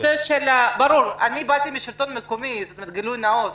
אני באתי מן השלטון המקומי, למען גילוי נאות.